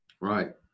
Right